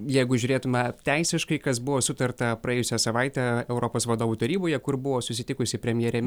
jeigu žiūrėtume teisiškai kas buvo sutarta praėjusią savaitę europos vadovų taryboje kur buvo susitikusi premjerė